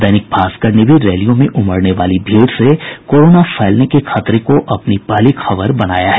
दैनिक भास्कर ने भी रैलियों में उमड़ने वाली भीड़ से कोरोना फैलने के खतरे को अपनी पहली खबर बनाया है